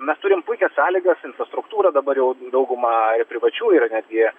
mes turim puikias sąlygas infrastruktūrą dabar jau dauguma ir privačių yra netgi